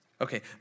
Okay